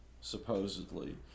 supposedly